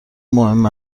مهم